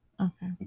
okay